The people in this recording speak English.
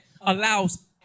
allows